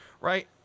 Right